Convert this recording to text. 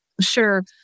Sure